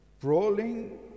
Brawling